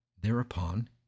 Thereupon